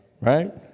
right